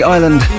Island